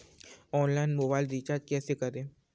Online mobile recharge कैसे करें?